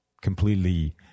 completely